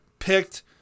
picked